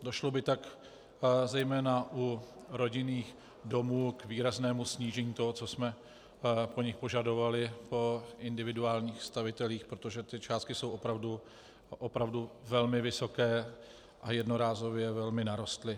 Došlo by tak zejména u rodinných domů k výraznému snížení toho, co jsme po nich požadovali, po individuálních stavitelích, protože ty částky jsou opravdu velmi vysoké a jednorázově velmi narostly.